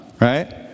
right